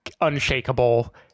unshakable